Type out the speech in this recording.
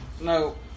No